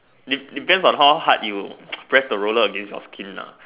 dep~ depends on how hard you press the roller against your skin nah